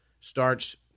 starts